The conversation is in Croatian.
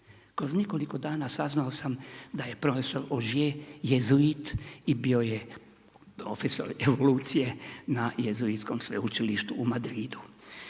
Kroz nekoliko dana saznao sam da je profesor … jezuit i bio je profesor evolucije na Jezuitskom sveučilištu u Madridu.